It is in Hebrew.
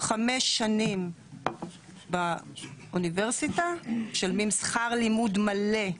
חמש שנים באוניברסיטה, משלמים שכר לימוד מלא.